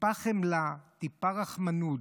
טיפה חמלה, טיפה רחמנות.